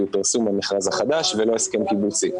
הוא פרסום מכרז חדש ולא הסכם קיבוצי.